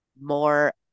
more